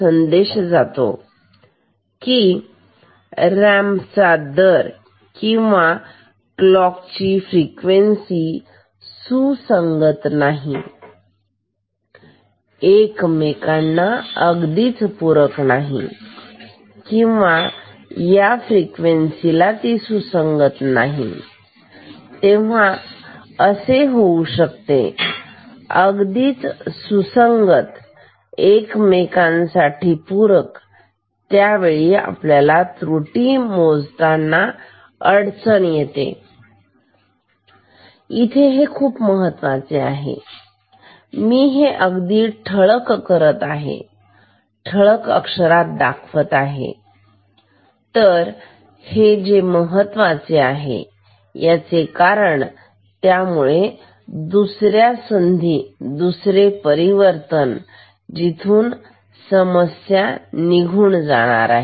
संदेश असा आहे की रॅम्प दर किंवा क्लॉक फ्रिक्वेन्सी सुसंगत नाही एकमेकांना अगदीच पूरक नाहीत किंवा या फ्रिक्वेन्सी ला सुसंगत नाही तेव्हा होऊ शकते अगदीच सुसंगत एकमेकांसाठी त्यावेळी आपल्याला त्रुटी मोजावी लागेल इथे अडचण अशी आहे की हे खूप महत्त्वाचे आहे तर मी हे अगदी ठळक करत आहे ठळक अक्षरात दाखवत आहे तर हे खूप महत्त्वाचे आहे ठीक तर हेच ते कारण आहे ज्यामुळे दुसऱ्या संधी दुसरे परिवर्तन जिथे समस्या निघून जाणार आहे